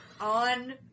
On